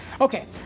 Okay